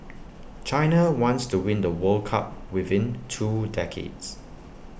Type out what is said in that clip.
China wants to win the world cup within two decades